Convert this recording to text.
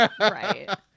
right